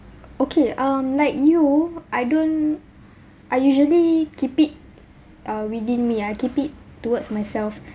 okay um like you I don't I usually keep it uh within me I keep it towards myself